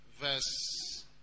verse